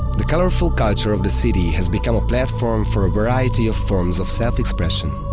the colorful culture of the city has become a platform for a variety of forms of self-expression.